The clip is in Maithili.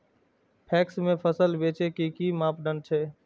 पैक्स में फसल बेचे के कि मापदंड छै?